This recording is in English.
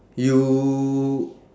you